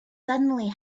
suddenly